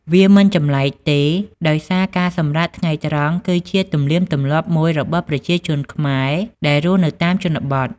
វាមិនចម្លែកទេ ដោយសារការសម្រាកថ្ងៃត្រង់គឺជាទំនៀមទម្លាប់មួយរបស់ប្រជាជនខ្មែរដែលរស់នៅតាមជនបទ។